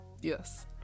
Yes